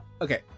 okay